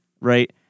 Right